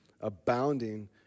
abounding